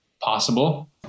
possible